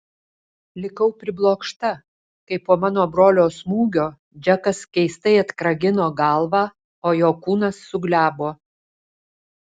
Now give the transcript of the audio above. likau priblokšta kai po mano brolio smūgio džekas keistai atkragino galvą o jo kūnas suglebo